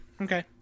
okay